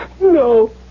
No